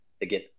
again